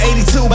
82